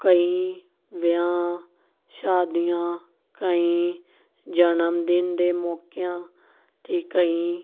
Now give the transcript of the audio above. ਕਈ ਵਿਆਹ ਸ਼ਾਦੀਆਂ ਕਈ ਜਨਮ ਦਿਨ ਦੇ ਮੌਕਿਆਂ ਅਤੇ ਕਈ